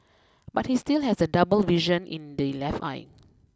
but he still has double vision in the left eye